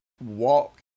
walk